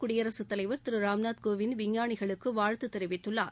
குடியரசுத் தலைவர் திரு ராம்நாத் கோவிந்த் விஞ்ஞானிகளுக்கு வாழ்த்து தெரிவித்துள்ளார்